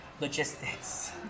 logistics